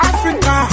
Africa